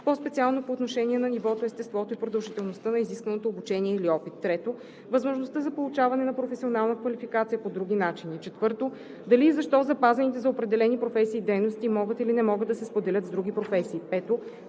по-специално по отношение на нивото, естеството и продължителността на изискваното обучение или опит; 3. възможността за получаване на професионална квалификация по други начини; 4. дали и защо запазените за определени професии дейности могат или не могат да се споделят с други професии; 5.